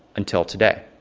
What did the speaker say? until today.